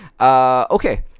Okay